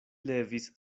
levis